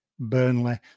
Burnley